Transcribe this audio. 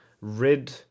rid